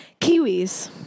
Kiwis